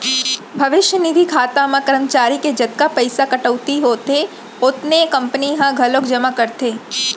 भविस्य निधि खाता म करमचारी के जतका पइसा कटउती होथे ओतने कंपनी ह घलोक जमा करथे